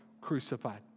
crucified